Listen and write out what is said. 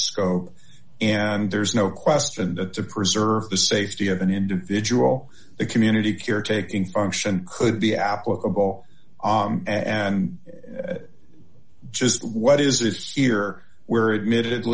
scope and there's no question that to preserve the safety of an individual the community care taking function could be applicable and it just what is the sphere where admitted